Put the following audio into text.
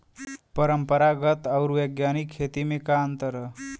परंपरागत आऊर वैज्ञानिक खेती में का अंतर ह?